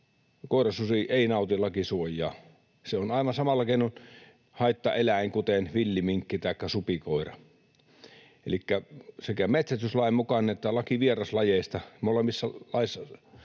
koirasusi ei nauti lakisuojaa. Se on aivan samalla keinoin haittaeläin kuten villiminkki taikka supikoira. Elikkä sekä metsästyslaki että laki vieraslajeista — molemmista laeista